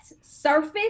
surface